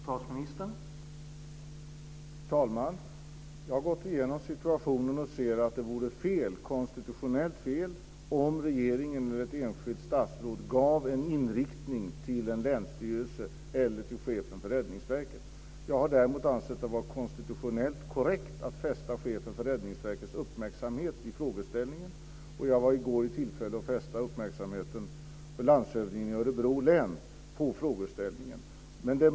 Herr talman! Jag har gått igenom situationen, och det vore konstitutionellt fel om regeringen eller ett enskilt statsråd angav en inriktning till en länsstyrelse eller till chefen för Räddningsverket. Jag har däremot ansett det vara konstitutionellt korrekt att fästa Räddningsverkets chefs uppmärksamhet på frågan, och i går hade jag tillfälle att fästa landshövdingens i Örebro län uppmärksamhet på den.